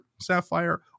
Sapphire